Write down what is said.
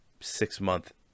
six-month